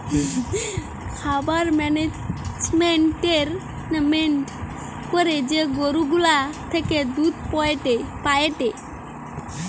খামার মেনেজমেন্ট করে যে গরু গুলা থেকে দুধ পায়েটে